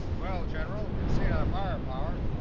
well, general, you've seen our firepower